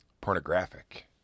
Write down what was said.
pornographic